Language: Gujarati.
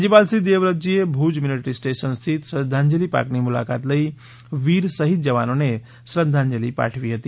રાજ્યપાલશ્રી દેવવ્રતજીએ ભુજ મિલિટરી સ્ટેશન સ્થિત શ્રદ્ધાંજલિ પાર્કની મુલાકાત લઈ વીર શહિદ જવાનોને શ્રદ્ધાંજલિ પાઠવી હતી